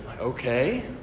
Okay